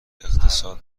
اقتصاد